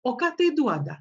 o ką tai duoda